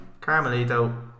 Carmelito